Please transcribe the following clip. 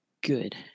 Good